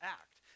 act